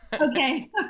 Okay